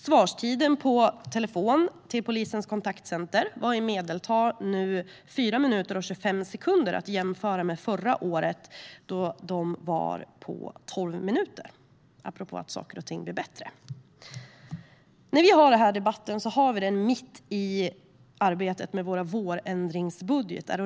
Svarstiden på telefon till Polisens kontaktcenter var i medeltal 4 minuter och 25 sekunder, att jämföra med förra året, då den var 12 minuter - apropå att saker och ting blir bättre. Den här debatten sker mitt i arbetet med våra vårändringsbudgetar.